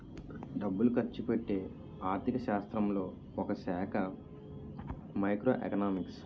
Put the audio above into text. డబ్బులు ఖర్చుపెట్టే ఆర్థిక శాస్త్రంలో ఒకశాఖ మైక్రో ఎకనామిక్స్